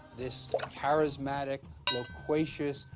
this charismatic, loquacious,